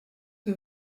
que